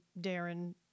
Darren